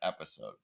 episode